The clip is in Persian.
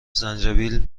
زنجبیل